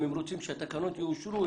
שאם הם רוצים שהתקנות יאושרו,